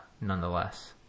nonetheless